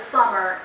summer